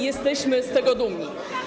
Jesteśmy z tego dumni.